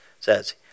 says